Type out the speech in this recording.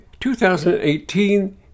2018